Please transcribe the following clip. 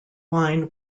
wine